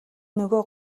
нөгөө